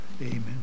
Amen